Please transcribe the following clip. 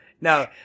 Now